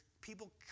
people